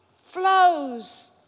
flows